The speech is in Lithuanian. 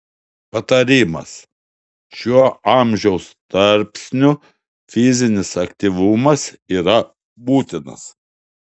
patarimas šiuo amžiaus tarpsniu fizinis aktyvumas yra būtinas